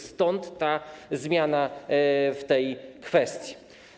Stąd zmiana w tej kwestii.